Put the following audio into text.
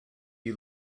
you